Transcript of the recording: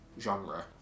genre